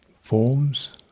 forms